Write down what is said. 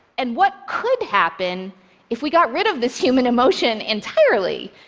and what could happen if we got rid of this human emotion entirely?